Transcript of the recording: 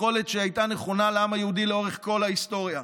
יכולת שהייתה נכונה לעם היהודי לאורך כל ההיסטוריה,